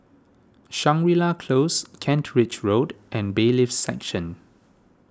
Shangri La Close Kent Ridge Road and Bailiffs' Section